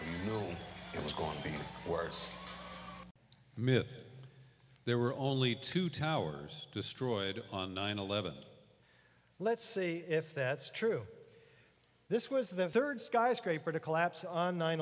you knew it was going to be worse myth there were only two towers destroyed on nine eleven let's see if that's true this was the third skyscraper to collapse on nine